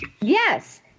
Yes